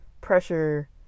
pressure